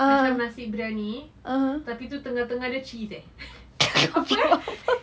macam nasi briyani tapi tu tengah tengah dia cheese eh apa eh